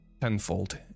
tenfold